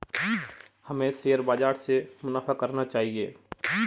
हमें शेयर बाजार से मुनाफा करना आना चाहिए